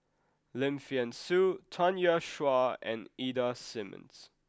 Lim Thean Soo Tanya Chua and Ida Simmons